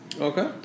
Okay